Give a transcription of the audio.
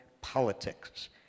politics